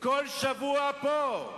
כל שבוע פה.